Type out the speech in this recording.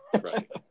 Right